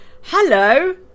Hello